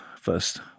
first